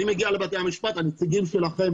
הנציגים שלכם,